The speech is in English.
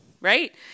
right